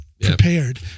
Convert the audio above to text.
prepared